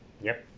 yup